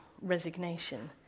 resignation